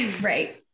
Right